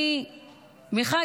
מחד,